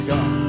God